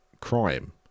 crime